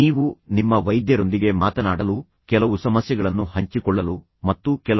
ನೀವು ನಿಮ್ಮ ವೈದ್ಯರೊಂದಿಗೆ ಮಾತನಾಡಲು ಕೆಲವು ಸಮಸ್ಯೆಗಳನ್ನು ಹಂಚಿಕೊಳ್ಳಲು ಮತ್ತು ಕೆಲವು ಸಲಹೆಗಳನ್ನು ಪಡೆಯಲು ಕಾಯುತ್ತಿದ್ದೀರಾ